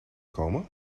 komen